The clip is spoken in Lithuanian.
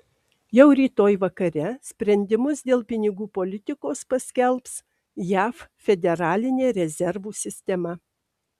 jau rytoj vakare sprendimus dėl pinigų politikos paskelbs jav federalinė rezervų sistema